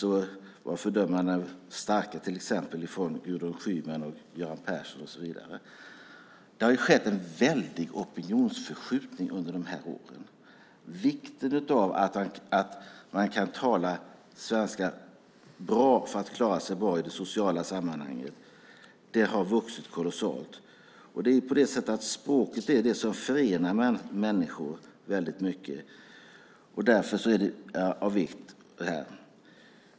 Då var fördömandena starka till exempel från Gudrun Schyman och Göran Persson och fler därtill. Det har skett en väldig opinionsförskjutning under de här åren. Vikten av att man kan tala svenska bra för att man ska kunna klara sig bra i de sociala sammanhangen har vuxit kolossalt. Språket är det som förenar människor väldigt mycket. Därför är det här av vikt.